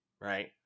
right